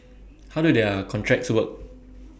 how do their contracts work